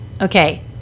Okay